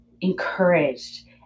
encouraged